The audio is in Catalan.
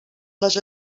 les